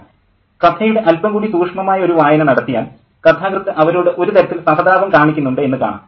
professor കഥയുടെ അല്പം കൂടി സൂക്ഷ്മമായ ഒരു വായന നടത്തിയാൽ കഥാകൃത്ത് അവരോട് ഒരു തരത്തിൽ സഹതാപം കാണിക്കുന്നുണ്ട് എന്ന് കാണാം